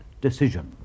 decision